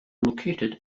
located